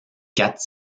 quatre